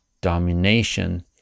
domination